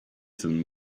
them